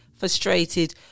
frustrated